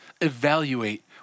Evaluate